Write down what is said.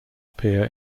appear